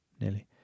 nearly